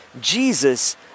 Jesus